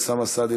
אוסאמה סעדי,